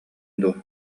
дуо